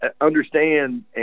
understand